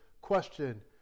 question